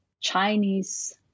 Chinese